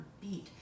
beat